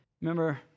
Remember